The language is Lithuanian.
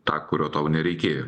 tą kurio tau nereikėjo